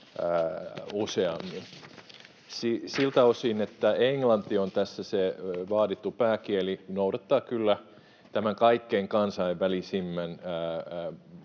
useammin. Siltä osin, että englanti on tässä se vaadittu pääkieli, noudatetaan kyllä tämän kaikkein kansainvälisimmän